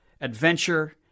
adventure